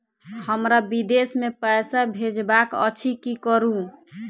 हमरा विदेश मे पैसा भेजबाक अछि की करू?